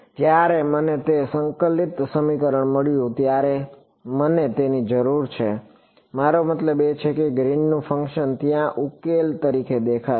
જ્યારે મને તે સંકલિત સંકલન સમીકરણ મળ્યું ત્યારે મને તેની જરૂર છે મારો મતલબ છે કે ગ્રીનનું ફંક્શન ત્યાં ઉકેલ તરીકે દેખાશે